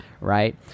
right